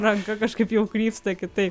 ranka kažkaip jau krypsta kitaip